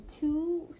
two